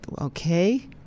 Okay